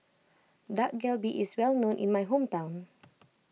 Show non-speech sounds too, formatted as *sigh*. Dak Galbi is well known in my hometown *noise*